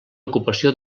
ocupació